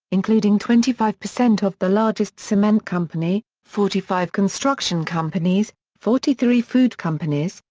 including twenty five percent of the largest cement company, forty five construction companies, forty three food companies,